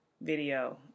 video